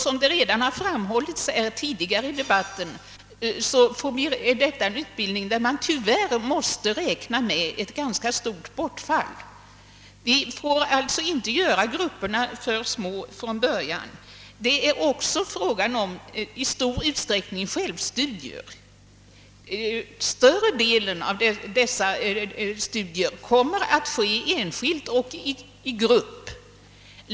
Som det redan tidigare i debatten framhållits, måste vi tyvärr i denna utbildning räkna med ett ganska stort bortfall av elever, och vi får därför inte göra grupperna för små från början. Det blir också i denna utbildning i stor utsträckning fråga om självstudier. Större delen av studierna kommer att skötas enskilt eller i form av grupparbete.